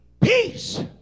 peace